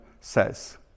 says